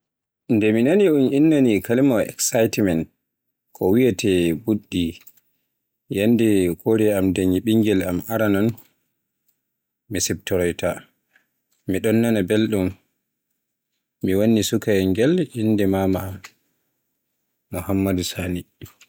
Nde mi nani un inni kalimaawa excitement ko wiyeete "mbuddi" yande kore am danyi ɓingel am araron, mi siftoroyta, mi ɗon nana belɗum, mi wanni sukaayel angel innde mama am Muhammadu Sani.